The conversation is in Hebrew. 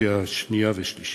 בקריאה שנייה ושלישית.